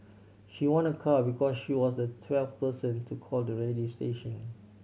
she won a car because she was the twelfth person to call the radio station